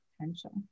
potential